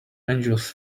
angels